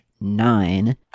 nine